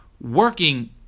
working